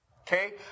Okay